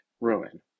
ruin